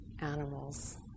animals